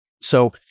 So-